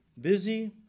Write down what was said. Busy